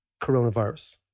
coronavirus